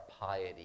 piety